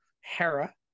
Hera